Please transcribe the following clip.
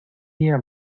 día